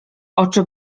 oczy